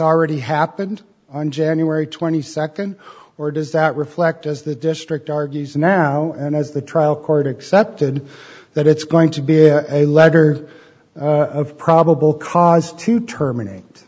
already happened on january twenty second or does that reflect as the district argues now and as the trial court accepted that it's going to be a letter of probable cause to terminate